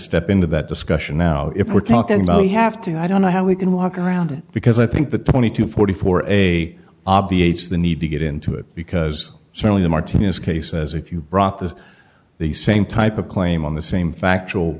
step into that discussion now if we're talking about you have to i don't know how we can walk around it because i think the twenty to forty four a obviates the need to get into it because certainly the martinez case as if you brought this the same type of claim on the same factual